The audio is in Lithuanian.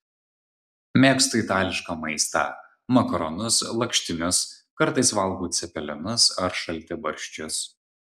mėgstu itališką maistą makaronus lakštinius kartais valgau cepelinus ar šaltibarščius